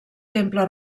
temple